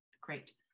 Great